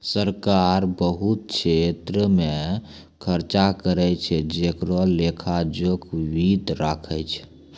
सरकार बहुत छेत्र मे खर्चा करै छै जेकरो लेखा लोक वित्त राखै छै